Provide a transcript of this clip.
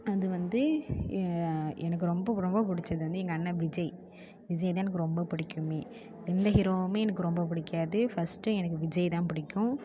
அது வந்து எனக்கு ரொம்ப ரொம்ப பிடிச்சது வந்து எங்கள் அண்ணன் விஜய் விஜய்தான் எனக்கு ரொம்ப பிடிக்குமே எந்த ஹீரோவுமே எனக்கு ரொம்ப பிடிக்காது ஃபர்ஸ்ட்டு எனக்கு விஜய்தான் பிடிக்கும்